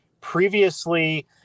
previously